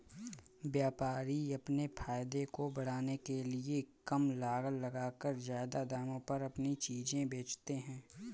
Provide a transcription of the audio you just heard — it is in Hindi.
व्यापारी अपने फायदे को बढ़ाने के लिए कम लागत लगाकर ज्यादा दामों पर अपनी चीजें बेचते है